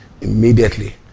Immediately